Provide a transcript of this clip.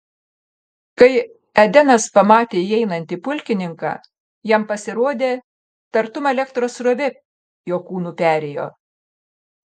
kai edenas pamatė įeinantį pulkininką jam pasirodė tartum elektros srovė jo kūnu perėjo